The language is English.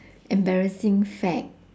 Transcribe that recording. embarrassing fad